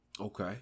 Okay